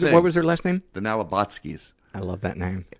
what was their last name? the nalibotskis. i love that name.